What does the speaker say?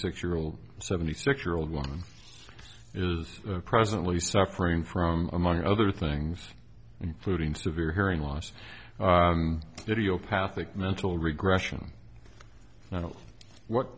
six year old seventy six year old woman is presently suffering from among other things including severe hearing loss idiopathic mental regression what